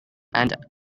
and